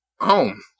home